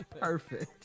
Perfect